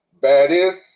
baddest